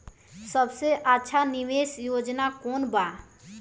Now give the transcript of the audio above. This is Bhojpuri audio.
सबसे अच्छा निवेस योजना कोवन बा?